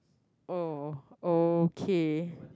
oh okay